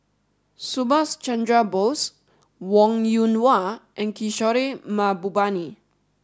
Subhas Chandra Bose Wong Yoon Wah and Kishore Mahbubani